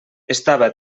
estava